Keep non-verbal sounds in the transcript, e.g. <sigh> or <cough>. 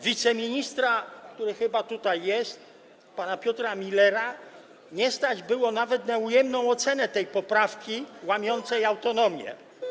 Wiceministra, który chyba tutaj jest, pana Piotra Müllera, nie stać było nawet na ujemną ocenę tej poprawki łamiącej <noise> autonomię.